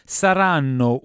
saranno